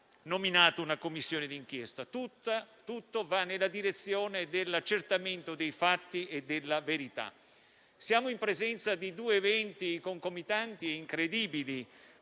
nominato una commissione d'inchiesta. Tutto va nella direzione dell'accertamento dei fatti e della verità. Siamo in presenza di due eventi concomitanti e incredibili,